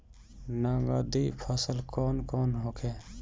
नकदी फसल कौन कौनहोखे?